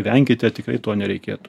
venkite tikrai to nereikėtų